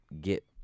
get